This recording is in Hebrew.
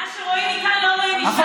מה שרואים מכאן לא רואים משם.